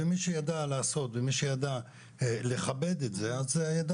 ומי שידע לעשות ומי שידע לכבד את זה אז ידע